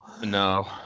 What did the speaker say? No